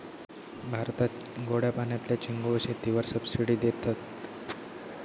भारतात गोड्या पाण्यातल्या चिंगूळ शेतीवर सबसिडी देतत